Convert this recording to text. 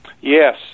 Yes